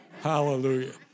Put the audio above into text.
Hallelujah